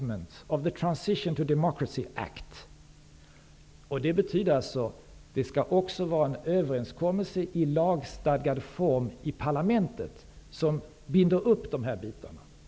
Man säger också att det skall vara en överenskommelse i lagstadgad form i parlamentet som binder upp de här bitarna.